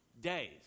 days